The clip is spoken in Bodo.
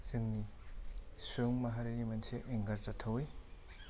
जोंनि सुबुं माहारिनि मोनसे एंगार जाथावै